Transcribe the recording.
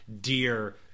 dear